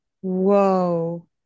Whoa